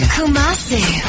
Kumasi